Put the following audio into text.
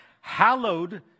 hallowed